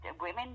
women